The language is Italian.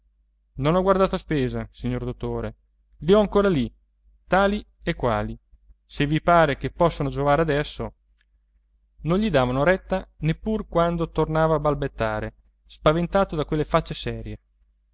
non ho guardato a spesa signor dottore i ho ancora lì tali e quali se vi pare che possano giovare adesso non gli davano retta neppur quando tornava a balbettare spaventato da quelle facce serie